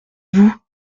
vous